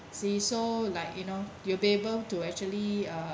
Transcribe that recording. see so like you know you're able to actually uh